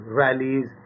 rallies